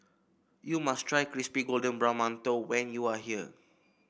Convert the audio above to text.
you must try Crispy Golden Brown Mantou when you are here